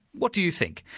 what do you think?